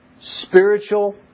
Spiritual